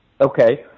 okay